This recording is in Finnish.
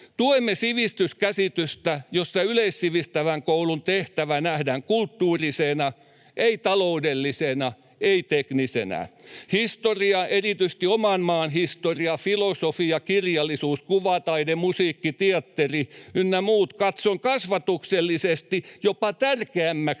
Tuemme sivistyskäsitystä, jossa yleissivistävän koulun tehtävä nähdään kulttuurisena, ei taloudellisena, ei teknisenä. Historia, erityisesti oman maan historia, filosofia, kirjallisuus, kuvataide, musiikki, teatteri ynnä muut katson kasvatuksellisesti jopa tärkeämmiksi